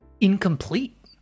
incomplete